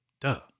duh